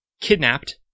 kidnapped